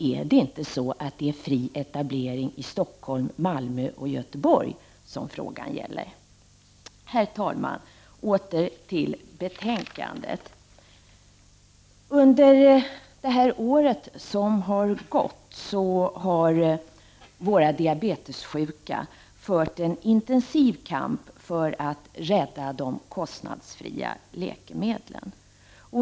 Är det inte fri etablering i Stockholm, Malmö och Göteborg som frågan gäller? Herr talman! Åter till betänkandet. Under det år söm gått har våra diabetessjuka fört en intensiv kamp för att rädda de kostnadsfria läkemedlen.